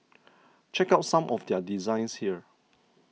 check out some of their designs here